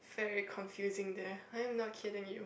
very confusing there I am not kidding you